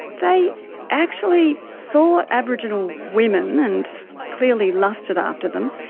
they actually saw aboriginal women and clearly lusted after them,